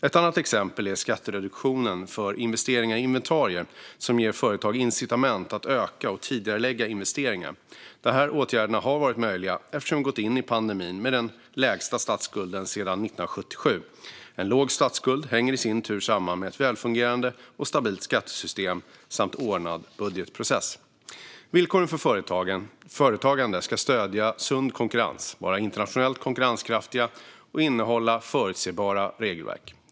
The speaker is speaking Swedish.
Ett annat exempel är skattereduktionen för investeringar i inventarier, vilket ger företag incitament att öka och tidigarelägga investeringar. De här åtgärderna har varit möjliga eftersom vi gick in i pandemin med den lägsta statsskulden sedan 1977. En låg statsskuld hänger i sin tur samman med ett välfungerande och stabilt skattesystem samt en ordnad budgetprocess. Villkoren för företagande ska stödja sund konkurrens, vara internationellt konkurrenskraftiga och innehålla förutsebara regelverk.